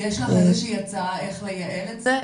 יש לך איזה שהיא עצה איך לייעל את זה,